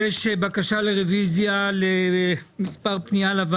זו פשוט פגיעה באינטליגנציה של חברי